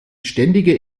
ständige